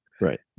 Right